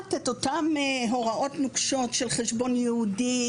קובעת את אותם הוראות נוקשות של חשבון ייעודי,